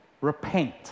repent